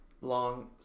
long